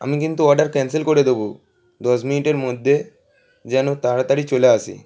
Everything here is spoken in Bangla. আমি কিন্তু অর্ডার ক্যানসেল করে দেব দশ মিনিটের মধ্যে যেন তাড়াতাড়ি চলে আসে